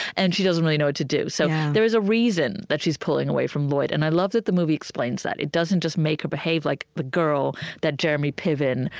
and she doesn't really know what to do. so there is a reason that she's pulling away from lloyd, and i love that the movie explains that. it doesn't just make her behave like the girl that jeremy piven,